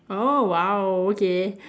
oh !wow! okay